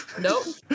Nope